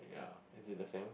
ya is it the same